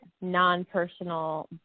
non-personal